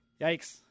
Yikes